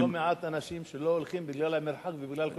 יש לא מעט אנשים שלא הולכים בגלל המרחק ובגלל כל,